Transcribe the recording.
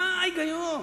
מה ההיגיון?